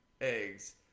eggs